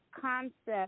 concept